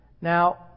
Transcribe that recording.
Now